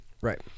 Right